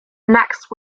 next